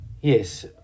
Yes